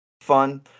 Fun